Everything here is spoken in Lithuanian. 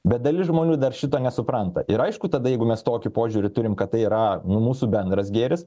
bet dalis žmonių dar šito nesupranta ir aišku tada jeigu mes tokį požiūrį turime kad tai yra mūsų bendras gėris